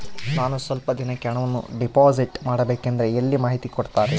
ನಾನು ಸ್ವಲ್ಪ ದಿನಕ್ಕೆ ಹಣವನ್ನು ಡಿಪಾಸಿಟ್ ಮಾಡಬೇಕಂದ್ರೆ ಎಲ್ಲಿ ಮಾಹಿತಿ ಕೊಡ್ತಾರೆ?